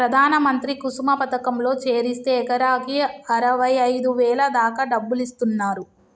ప్రధాన మంత్రి కుసుమ పథకంలో చేరిస్తే ఎకరాకి అరవైఐదు వేల దాకా డబ్బులిస్తున్నరు